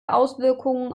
auswirkungen